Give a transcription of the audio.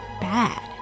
bad